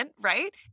right